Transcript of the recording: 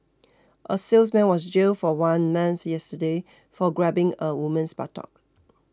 a salesman was jailed for one month yesterday for grabbing a woman's buttock